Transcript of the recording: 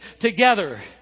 together